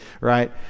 Right